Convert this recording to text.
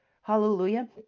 Hallelujah